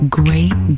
great